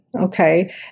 Okay